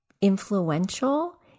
influential